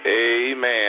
Amen